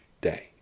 day